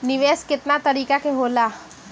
निवेस केतना तरीका के होला?